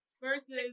versus